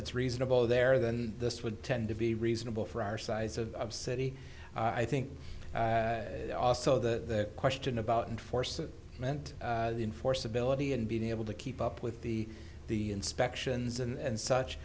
it's reasonable there than this would tend to be reasonable for our size of city i think also the question about and force that meant the enforceability and being able to keep up with the the inspections and